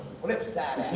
flip side